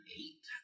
eight